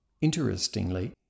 Interestingly